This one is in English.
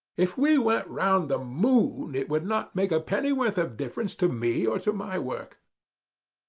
if we went round the moon it would not make a pennyworth of difference to me or to my work.